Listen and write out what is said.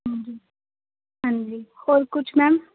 ਹਾਜੀ ਹਾਂਜੀ ਹੋਰ ਕੁਛ ਮੈਮ